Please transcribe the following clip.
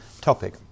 topic